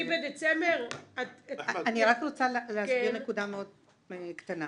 אני רק רוצה להסביר נקודה מאוד קטנה.